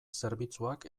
zerbitzuak